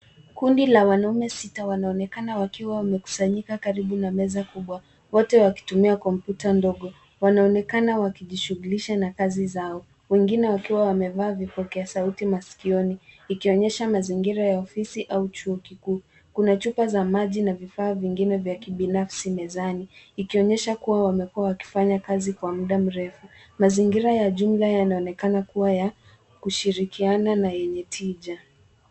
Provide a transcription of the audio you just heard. Kundi la wanaume sita wanaonekana wakiwa wamekusanyika karibu na meza kubwa wote wakitumia kompyuta ndogo. Wanaonekana wakijishughulisha na kazi zao. Wengine wakiwa wameva vipokea sauti masikioni, ikionyesha mazingira ya ofisi au chuo kikuu. Kuna chupa za maji na vifaa vingine vya kibinafsi mezani, ikionyesha kuwa wamekuwa wakifanya kazi kwa muda mrefu. Mazingira ya jumla yanaonekana kuwa ya kushirikiana na yenye tija.